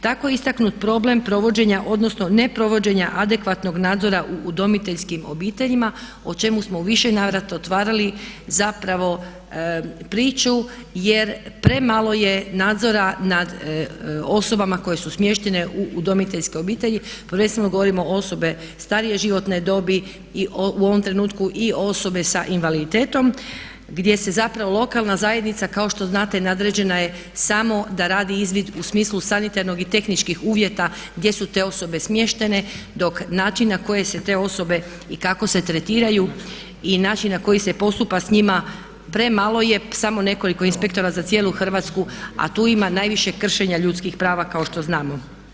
Tako istaknut problem provođenja odnosno ne provođenja adekvatnog nadzora u udomiteljskim obiteljima o čemu smo u više navrata otvarali zapravo priču jer premalo je nadzora nad osobama koje su smještene u udomiteljske obitelji, prvenstveno govorim osobe starije životne dobi i u ovom trenutku osobe sa invaliditetom gdje se zapravo lokalna zajednica kao što znate nadređena je sam oda radi izvid u smislu sanitarnog i tehničkih uvjeta gdje su te osobe smještene dok način na koji se te osobe i kako se tretiraju i način na koji se postupa s njima, premalo je samo nekoliko inspektora za cijelu Hrvatsku a tu ima najviše kršenja ljudskih prava kao što znamo.